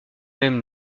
même